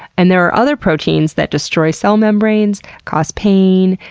and there are other proteins that destroy cell membranes, cause pain,